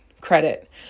credit